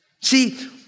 See